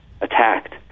attacked